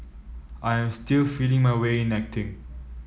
I am still feeling my way in acting